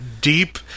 deep